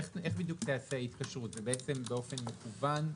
באופן מקוון?